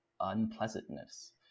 unpleasantness